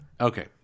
Okay